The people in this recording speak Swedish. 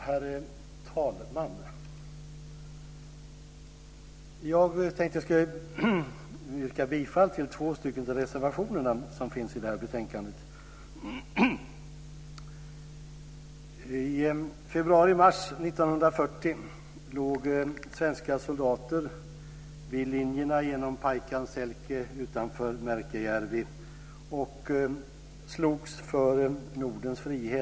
Herr talman! Jag tänkte jag skulle yrka bifall till två av reservationerna i betänkandet. I februari-mars 1940 låg svenska soldater vid linjerna genom Paikansälkä utanför Märkäjärvi och slogs för Nordens frihet.